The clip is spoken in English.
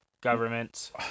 governments